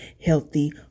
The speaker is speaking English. healthy